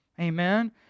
Amen